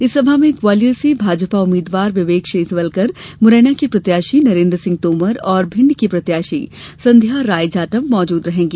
इस सभा में ग्वालियर से भाजपा उम्मीद्वार विवेक शेजवलकर मुरैना के प्रत्याशी नरेन्द्र सिंह तोमर और भिंड की प्रत्याशी संध्या राय जाटव मौजूद रहेंगी